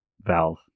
valve